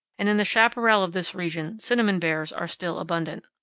and in the chaparral of this region cinnamon bears are still abundant.